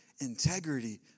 integrity